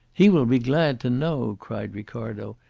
he will be glad to know! cried ricardo.